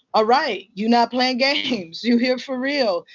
ah right. you're not playing games. you're here for real.